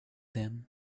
them